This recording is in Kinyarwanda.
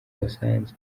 basanzwe